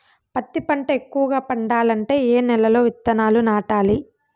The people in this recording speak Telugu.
పత్తి పంట ఎక్కువగా పండాలంటే ఏ నెల లో విత్తనాలు నాటాలి?